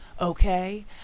Okay